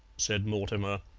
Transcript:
said mortimer.